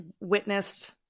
witnessed